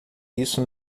isso